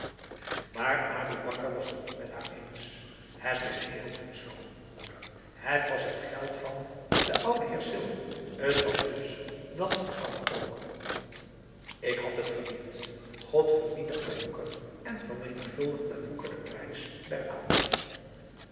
maar aboe bakar was het niet met haar eens het is heel goed zoo moeder het was het geld van den ouden heer silver t was dus dat van bram ook ik had het verdiend god vernietigt den woeker en vermenigvuldigt met woeker den prijs der